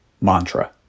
mantra